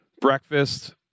Breakfast